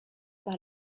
par